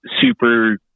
super